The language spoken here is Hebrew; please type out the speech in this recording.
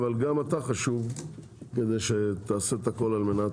אבל גם אתה חשוב כדי שתעשה את הכול על מנת